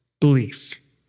belief